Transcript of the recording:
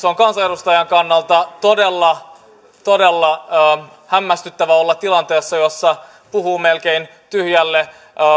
on kansanedustajan kannalta todella todella hämmästyttävää olla tilanteessa jossa puhuu melkein tyhjille